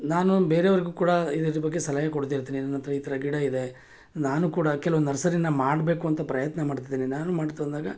ನಾನು ಬೇರೆಯವ್ರಿಗೂ ಕೂಡ ಇದರ ಬಗ್ಗೆ ಸಲಹೆ ಕೊಡ್ತಿರ್ತೀನಿ ನನ್ನ ಹತ್ರ ಈ ಥರ ಗಿಡ ಇದೆ ನಾನು ಕೂಡ ಕೆಲವು ನರ್ಸರಿನ ಮಾಡಬೇಕು ಅಂತ ಪ್ರಯತ್ನ ಮಾಡ್ತಿದ್ದೀನಿ ನಾನು ಮಾಡಿತು ಅಂದಾಗ